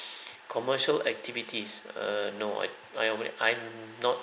commercial activities err no I I aware I'm not